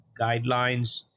guidelines